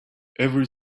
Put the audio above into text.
every